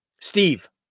Steve